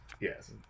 yes